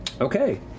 Okay